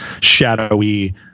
shadowy